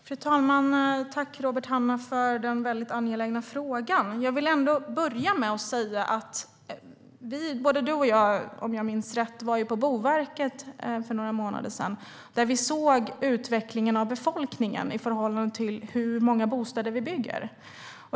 Fru talman! Tack, Robert Hannah, för den väldigt angelägna frågan! Om jag minns rätt var både du och jag på Boverket för några månader sedan. Där såg vi utvecklingen av befolkningen i förhållande till hur många bostäder vi bygger.